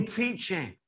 teaching